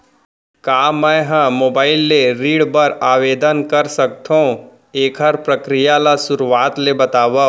का मैं ह मोबाइल ले ऋण बर आवेदन कर सकथो, एखर प्रक्रिया ला शुरुआत ले बतावव?